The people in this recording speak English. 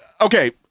okay